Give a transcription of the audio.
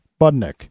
Budnick